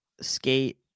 Skate